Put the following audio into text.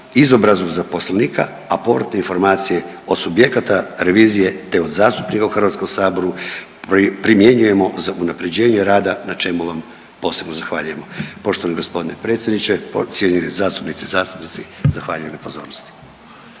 izobrazbu zaposlenika, a povratne informacije od subjekata revizije te od zastupnika u Hrvatskom saboru primjenjujemo za unapređenje rada na čemu vam posebno zahvaljujemo. Poštovani gospodine predsjedniče, cijenjene zastupnice i zastupnici zahvaljujem na pozornosti.